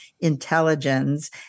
Intelligence